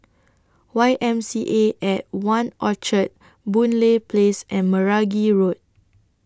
Y M C A At one Orchard Boon Lay Place and Meragi Road